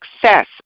success